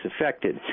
affected